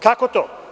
Kako to?